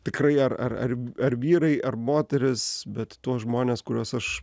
tikrai ar ar ar ar vyrai ar moterys bet tuos žmones kuriuos aš